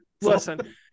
Listen